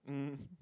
mmhmm